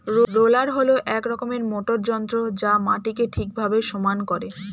roller হল এক রকমের মোটর যন্ত্র যা মাটিকে ঠিকভাবে সমান করে